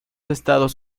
estados